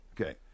Okay